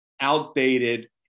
outdated